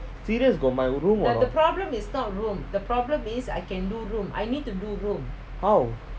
serious got my room or not how